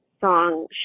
song